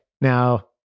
now